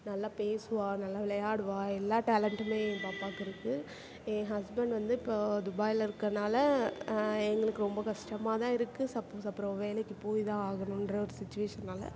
நல்லா பேசுவாள் நல்லா விளையாடுவாள் எல்லா டேலண்ட்டுமே என் பாப்பாவுக்கு இருக்குது என் ஹஸ்பண்ட் வந்து இப்போது துபாயில் இருக்கனால எங்களுக்கு ரொம்ப கஷ்டமாக தான் இருக்குது சப்போஸ் அப்பறம் வேலைக்கு போய் தான் ஆகணும்ன்ற ஒரு சிச்சுவேஷன்னால்